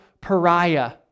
pariah